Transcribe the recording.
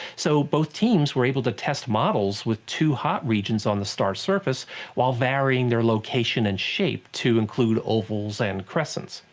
so both teams were able to test models with two hot regions on the star's surface while varying the location and shape to include ovals and crescents.